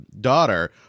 daughter